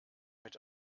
mit